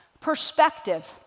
Perspective